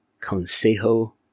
Consejo